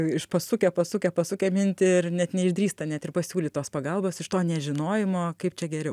iš pasukę pasukę pasukę mintį ir net neišdrįsta net ir pasiūlyt tos pagalbos iš to nežinojimo kaip čia geriau